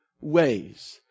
ways